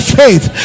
faith